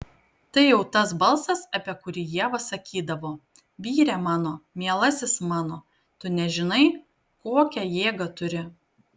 tai jau tas balsas apie kurį ieva sakydavo vyre mano mielasis mano tu nežinai kokią jėgą turi